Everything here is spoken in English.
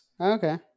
Okay